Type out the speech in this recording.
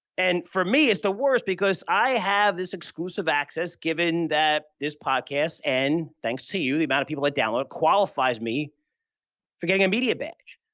and for me, it's the worst because i have this exclusive access given that this podcast and thanks to you, the amount of people that download, qualifies me for getting a media badge.